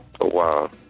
Wow